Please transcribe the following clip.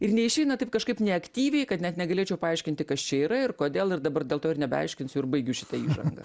ir neišeina taip kažkaip neaktyviai kad net negalėčiau paaiškinti kas čia yra ir kodėl ir dabar dėl to ir nebeaiškinsiu ir baigiu šitą įžangą